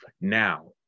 now